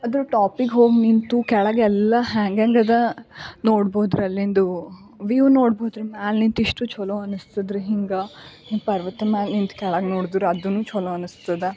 ಅದ್ರ ಟಾಪಿಗೆ ಹೋಗಿ ನಿಂತು ಕೆಳಗೆಲ್ಲ ಹ್ಯಾಂಗ ಹ್ಯಾಂಗ ಇದೆ ನೋಡಬೋದು ರಿ ಅಲ್ಲಿಂದು ವ್ಯೂವ್ ನೋಡಬೋದು ರಿ ಮೇಲೆ ನಿಂತು ಇಷ್ಟು ಚೆಲೋ ಅನಿಸ್ತದೆ ರಿ ಹಿಂಗ ಪರ್ವತದ ಮ್ಯಾಲ ನಿಂತು ಕೆಳಗೆ ನೋಡಿದ್ರೆ ಅದೂ ಚಲೋ ಅನಿಸ್ತದೆ